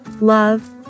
Love